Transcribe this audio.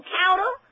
counter